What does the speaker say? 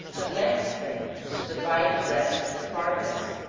the next thing is to divide the breast from the carcass,